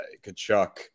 Kachuk